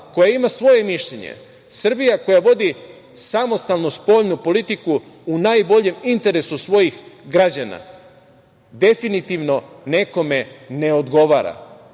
koja ima svoje mišljenje, Srbija koja vodi samostalnu spoljnu politiku u najboljem interesu svojih građana, definitivno nekome ne odgovara. Bilo